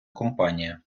компанія